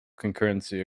concurrency